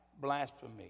blasphemy